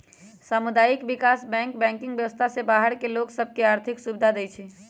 सामुदायिक विकास bank banking व्यवस्था से बाहर के लोग सभ के आर्थिक सुभिधा देँइ छै